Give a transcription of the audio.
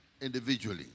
individually